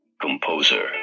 Composer